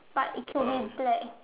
but it could be black